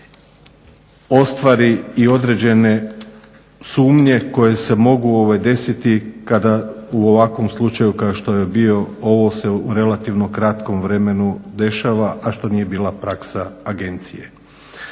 ostvari i određene sumnje koje se mogu desiti kada u ovakvom slučaju kao što je bio ovo se u relativno kratkom vremenu dešava a što nije bila praksa agencije.